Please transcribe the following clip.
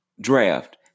draft